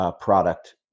product